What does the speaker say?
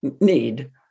need